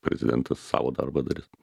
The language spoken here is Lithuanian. prezidentas savo darbą darys